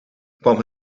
kwam